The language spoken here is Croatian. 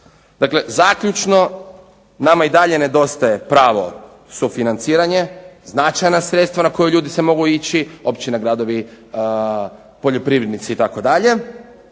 Dakle, zaključno nama i dalje nedostaje pravo sufinanciranje, značajna sredstva na koje ljudi se mogu ići, općina, gradovi, poljoprivrednici itd.